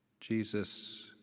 Jesus